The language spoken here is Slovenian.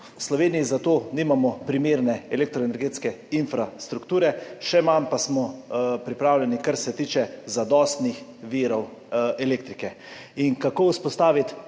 V Sloveniji za to nimamo primerne elektroenergetske infrastrukture, še manj pa smo pripravljeni, kar se tiče zadostnih virov elektrike. Kako vzpostaviti